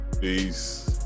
Peace